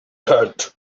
tent